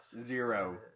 Zero